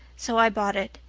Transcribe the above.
so i bought it,